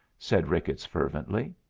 said ricketts fervently.